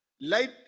light